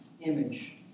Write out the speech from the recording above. image